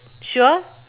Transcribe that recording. sure